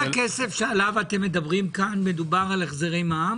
כל הכסף שעליו אתם מדברים כאן מדובר על החזרי מע"מ?